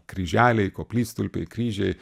kryželiai koplytstulpiai kryžiai